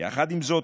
יחד עם זאת,